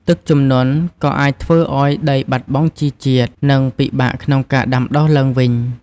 ទឹកជំនន់ក៏អាចធ្វើឱ្យដីបាត់បង់ជីជាតិ និងពិបាកក្នុងការដាំដុះឡើងវិញ។